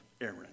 Aaron